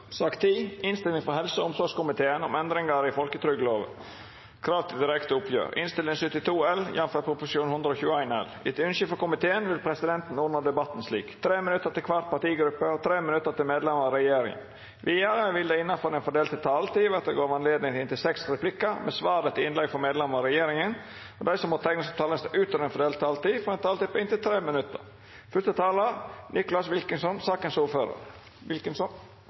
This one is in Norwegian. sak nr. 6. Etter ønske fra helse- og omsorgskomiteen vil presidenten ordne debatten slik: 5 minutter til hver partigruppe og 5 minutter til medlemmer av regjeringen. Videre vil det – innenfor den fordelte taletid – bli gitt anledning til replikkordskifte med inntil seks replikker med svar etter innlegg fra medlemmer av regjeringen, og de som måtte tegne seg på talerlisten utover den fordelte taletid, får en taletid på inntil 3 minutter.